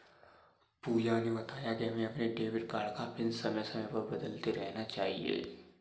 पूजा ने बताया कि हमें अपने डेबिट कार्ड का पिन समय समय पर बदलते रहना चाहिए